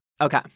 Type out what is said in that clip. Okay